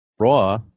Raw